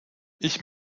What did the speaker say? ich